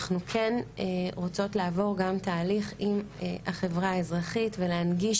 אנחנו כן רוצות לעבור גם תהליך עם החברה האזרחית ולהנגיש